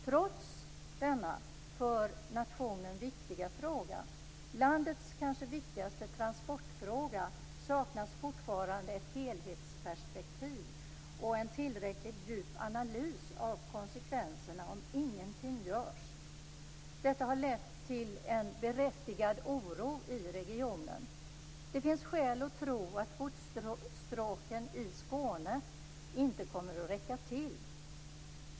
Trots denna för nationen viktiga fråga, landets kanske viktigaste transportfråga, saknas fortfarande ett helhetsperspektiv och en tillräckligt djup analys av konsekvenserna om ingenting görs. Detta har lett till en berättigad oro i regionen. Det finns skäl att tro att godsstråken i Skåne inte kommer att räcka till.